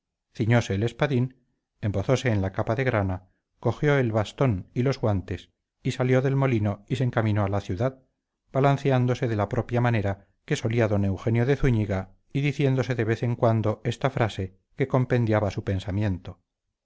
picos ciñóse el espadín embozóse en la capa de grana cogió el bastón y los guantes y salió del molino y se encaminó a la ciudad balanceándose de la propia manera que solía don eugenio de zúñiga y diciéndose de vez en vez esta frase que compendiaba su pensamiento